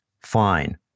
fine